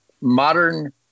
modern